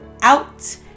out